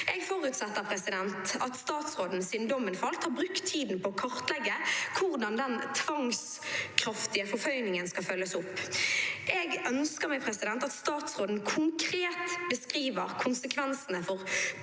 Jeg forutsetter at statsråden siden dommen falt har brukt tiden på å kartlegge hvordan den tvangskraftige forføyningen skal følges opp. Jeg ønsker meg at statsråden konkret beskriver konsekvensene for Tyrving,